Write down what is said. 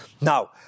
Now